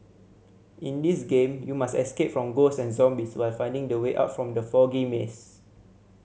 in this game you must escape from ghost and zombies while finding the way out from the foggy maze